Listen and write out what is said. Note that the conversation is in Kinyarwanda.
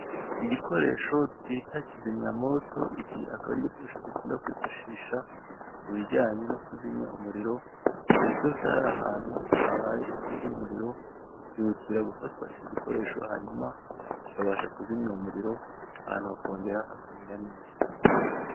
Igikoresho twita kizimyamwoto, iki akaba ari igikosho dukunda kwifashisha mubijyanye nokuzimya umuriro, igihe cyose hari ahantu habaye inkongi y'umuriro hihutira gufatwa ikigicyoresho hanyuma kikabasha kuzimya uwo muriro ahantu hakongera hakamera neza.